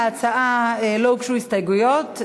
להצעה לא הוגשו הסתייגויות,